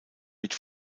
mit